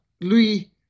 Louis